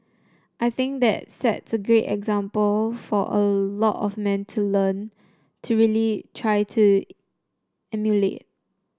I think that sets a great example for a lot of men to learn to really try to emulate